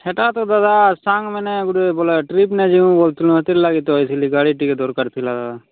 ସେଟା ତ ଦାଦା ସାଙ୍ଗ୍ମାନେ ଗୁଟେ ବୋଲେ ଟ୍ରିପ୍ ନାଇଁ ଯିବୁ ବୋଲ୍ଥିଲୁ ସେଥିର୍ଲାଗି ତ ଆସିଲି ଗାଡ଼ି ଟିକେ ଦରକାର୍ ଥିଲା